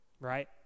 right